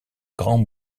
grand